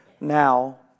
now